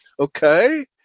Okay